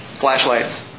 flashlights